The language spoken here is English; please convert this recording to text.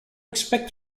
expect